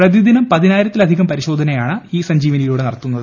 പ്രതിദിനം പതിനായിരത്തിലധികം പരിശോധനയാണ് ഇ സഞ്ജീവനിയിലൂടെ നടത്തുന്നത്